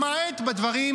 למעט בדברים